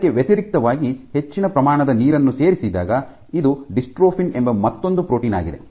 ಇದಕ್ಕೆ ವ್ಯತಿರಿಕ್ತವಾಗಿ ಹೆಚ್ಚಿನ ಪ್ರಮಾಣದ ನೀರನ್ನು ಸೇರಿಸಿದಾಗ ಇದು ಡಿಸ್ಟ್ರೋಫಿನ್ ಎಂಬ ಮತ್ತೊಂದು ಪ್ರೋಟೀನ್ ಆಗಿದೆ